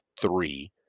three